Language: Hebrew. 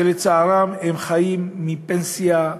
שלצערם חיים מפנסיה,